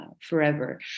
forever